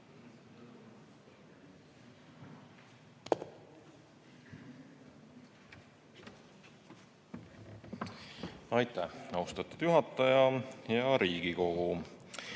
Aitäh, austatud juhataja! Hea Riigikogu!